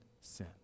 sin